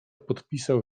podpisał